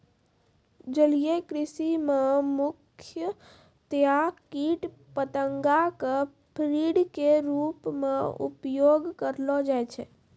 जलीय कृषि मॅ मुख्यतया कीट पतंगा कॅ फीड के रूप मॅ उपयोग करलो जाय छै